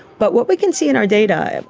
but what we can see in our data,